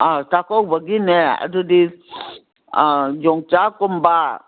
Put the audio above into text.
ꯑꯥ ꯆꯥꯛꯀꯧꯕꯒꯤꯅꯦ ꯑꯗꯨꯗꯤ ꯌꯣꯡꯆꯥꯛꯀꯨꯝꯕ